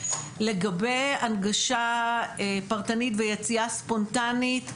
לגבי הנגשה פרטנית ויציאה ספונטנית,